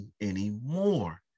anymore